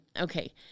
Okay